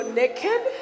naked